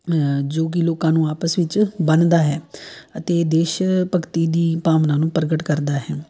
ਜੋ ਕਿ ਲੋਕਾਂ ਨੂੰ ਆਪਸ ਵਿੱਚ ਬੰਨਦਾ ਹੈ ਅਤੇ ਦੇਸ਼ ਭਗਤੀ ਦੀ ਭਾਵਨਾ ਨੂੰ ਪ੍ਰਗਟ ਕਰਦਾ ਹੈ